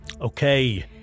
Okay